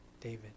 David